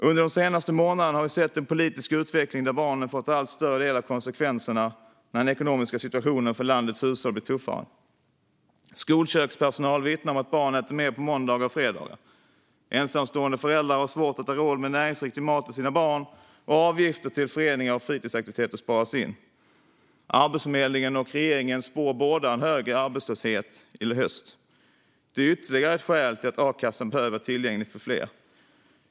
Under de senaste månaderna har vi sett en politisk utveckling där barnen får ta allt större del av konsekvenserna när den ekonomiska situationen för landets hushåll blir tuffare. Skolkökspersonal vittnar om att barn äter mer på måndagar och fredagar. Ensamstående föräldrar har svårt att ha råd med näringsriktig mat till sina barn, och avgifter till föreningar och fritidsaktiviteter sparas det in på. Arbetsförmedlingen och regeringen spår båda en högre arbetslöshet i höst. Det är ytterligare ett skäl till att a-kassan behöver vara tillgänglig för fler.